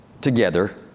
together